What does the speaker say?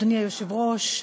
אדוני היושב-ראש,